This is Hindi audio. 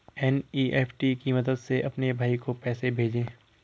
एन.ई.एफ.टी की मदद से अपने भाई को पैसे भेजें